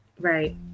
Right